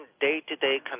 day-to-day